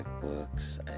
books